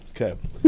Okay